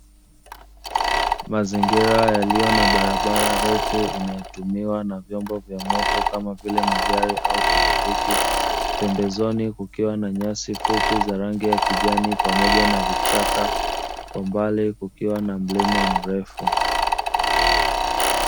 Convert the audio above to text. Mazingira yaliyo na barabara refu inayotumiwa na vyombo vya moto kama vile magari au pikipiki, pembezoni kukiwa na nyasi fupi za rangi ya kijani pamoja na vichaka, kwa mbali kukiwa na mlima mrefu.